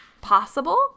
possible